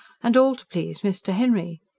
and all to please mr. henry.